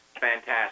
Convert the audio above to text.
fantastic